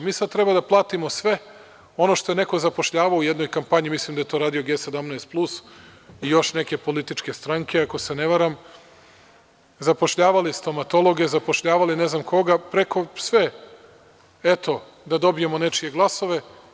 Mi sad treba da platimo sve ono što je neko zapošljavao u jednoj kampanji, mislim da je to radio G17 plus i još neke političke stranke, ako se ne varam, zapošljavali stomatologe, zapošljavali ne znam koga, sve, eto, da dobijemo nečije glasove.